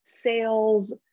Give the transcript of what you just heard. sales